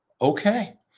okay